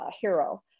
hero